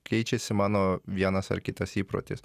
keičiasi mano vienas ar kitas įprotis